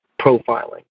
profiling